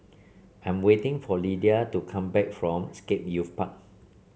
I am waiting for Lyda to come back from Scape Youth Park